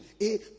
et